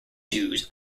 dues